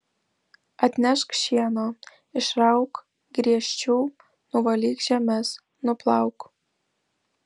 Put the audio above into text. atnešk šieno išrauk griežčių nuvalyk žemes nuplauk